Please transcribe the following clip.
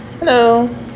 hello